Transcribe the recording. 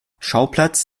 schauplatz